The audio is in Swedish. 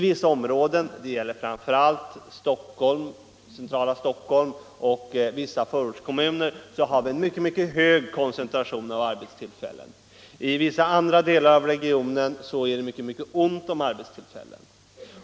I vissa områden — det gäller framför allt centrala Stockholm och vissa förortskommuner — har vi en mycket hög koncentration av arbetsplatser, i vissa andra delar av regionen är det mycket ont om arbetstillfällen.